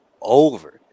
over